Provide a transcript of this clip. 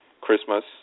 Christmas